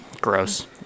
Gross